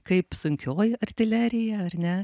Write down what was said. kaip sunkioji artilerija ar ne